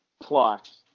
plus